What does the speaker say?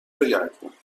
بگردیم